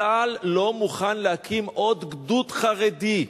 צה"ל לא מוכן להקים עוד גדוד חרדי.